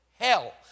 hell